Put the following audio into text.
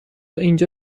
اینجا